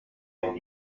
ein